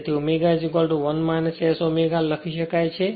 તેથી ω 1 S ω લખી શકાય છે